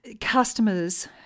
customers